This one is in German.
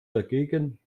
dagegen